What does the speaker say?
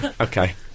Okay